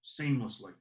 seamlessly